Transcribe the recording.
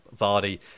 Vardy